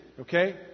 Okay